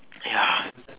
ya